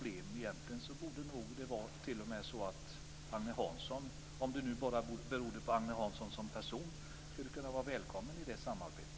Egentligen skulle t.o.m. Agne Hansson, om det bara berodde på honom som person, kunna vara välkommen i det samarbetet.